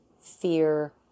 fear